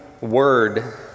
word